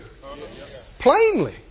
Plainly